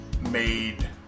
made